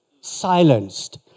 silenced